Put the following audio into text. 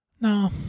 No